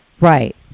Right